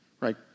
right